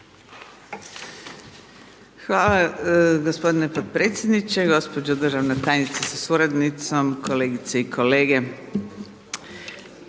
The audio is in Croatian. Hvala gospodine potpredsjedniče, gospođo državna tajnice sa suradnicom, kolegice i kolege.